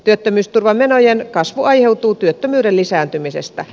työttömyysturvamenojen kasvu aiheutuu työttömyyden lisääntymisestä